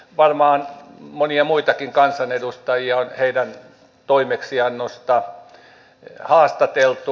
varmaan monia muitakin kansanedustajia on heidän toimeksiannostaan haastateltu